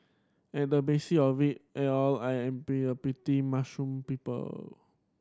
at the basis of it all I am be a pretty mushroom people